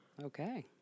Okay